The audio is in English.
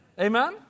Amen